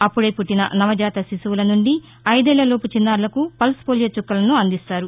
అప్పుడే పుట్టిన నవజాత శిశువుల నుండి ఐదేళ్ళలోపు చిన్నారులకు పల్స్పోలియో చుక్కలను అందిస్తారు